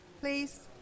please